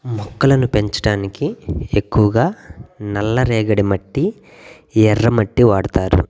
మొక్కలను పెంచడానికి ఎక్కువగా నల్లరేగడి మట్టి ఎర్రమట్టి వాడతారు